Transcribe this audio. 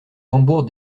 rambourg